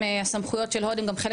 זאת אומרת שהסמכויות של הוד הן גם חלק